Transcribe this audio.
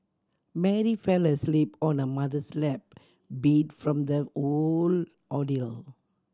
Mary fell asleep on her mother's lap beat from the whole ordeal